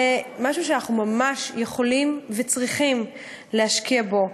זה משהו שאנחנו ממש יכולים וצריכים להשקיע בו,